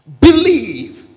Believe